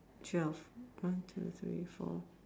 twelve one two three four